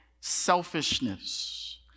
selfishness